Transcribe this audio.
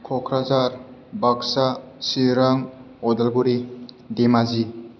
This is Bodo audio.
क'क्राझार बाकसा सिरां उदालगुरि धेमाजि